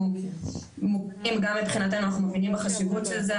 וגם מבחינתנו אנחנו מבינים בחשיבות של זה,